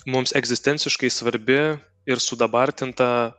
mums egzistenciškai svarbi ir sudabartinta